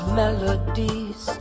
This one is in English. melodies